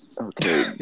Okay